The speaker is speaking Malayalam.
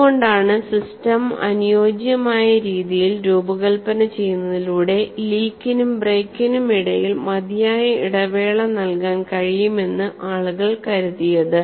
അതുകൊണ്ടാണ് സിസ്റ്റം അനുയോജ്യമായ രീതിയിൽ രൂപകൽപ്പന ചെയ്യുന്നതിലൂടെലീക്കിനും ബ്രേക്കിനും ഇടയിൽ മതിയായ ഇടവേള നൽകാൻ കഴിയുമെന്ന് ആളുകൾ കരുതിയത്